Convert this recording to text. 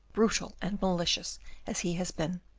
brutal and malicious as he has been.